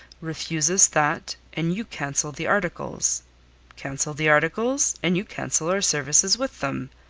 refuse us that, and you cancel the articles cancel the articles, and you cancel our services with them.